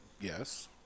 yes